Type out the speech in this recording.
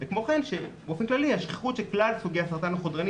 וכמו כן באופן כללי השכיחות של כלל סוגי הסרטן החודרני